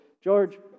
George